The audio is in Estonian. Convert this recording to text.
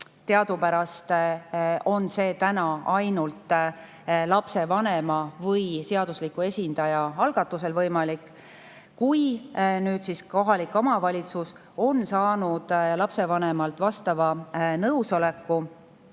Teadupärast on see praegu ainult lapsevanema või seadusliku esindaja algatusel võimalik. Kui nüüd kohalik omavalitsus on saanud lapsevanemalt vastava nõusoleku